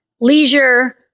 leisure